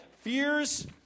fears